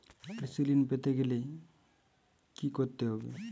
কৃষি ঋণ পেতে গেলে কি করতে হবে?